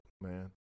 man